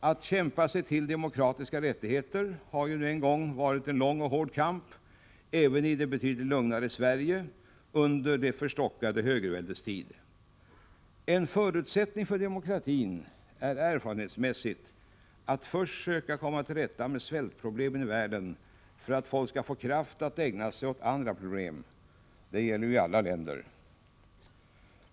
Att kämpa sig till demokratiska rättigheter har nu en gång varit en lång och hård kamp — även i det betydligt lugnare Sverige under det förstockade högerväldets tid! En förutsättning för demokratin är erfarenhetsmässigt att först söka komma till rätta med svältproblemen i världen för att folk skall få kraft att ägna sig åt andra problem. Det gäller i alla länder.